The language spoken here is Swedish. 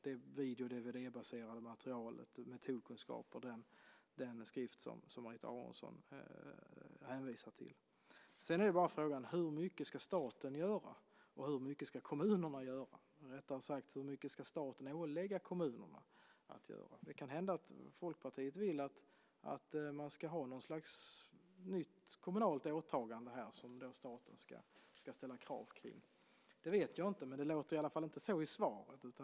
Det är det video och dvd-baserade materialet, metodkunskap och den skrift som Marita Aronson hänvisade till. Hur mycket ska staten göra och hur mycket ska kommunerna göra - eller rättare sagt hur mycket ska staten ålägga kommunerna att göra? Folkpartiet kanske vill att man ska ha något slags nytt kommunalt åtagande som staten ska ställa krav på. Det vet jag inte. Det låter inte så i svaret.